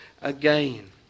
again